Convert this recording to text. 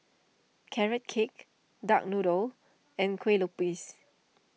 Carrot Cake Duck Noodle and Kue Lupis